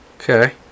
Okay